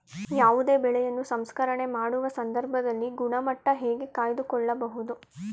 ಯಾವುದೇ ಬೆಳೆಯನ್ನು ಸಂಸ್ಕರಣೆ ಮಾಡುವ ಸಂದರ್ಭದಲ್ಲಿ ಗುಣಮಟ್ಟ ಹೇಗೆ ಕಾಯ್ದು ಕೊಳ್ಳಬಹುದು?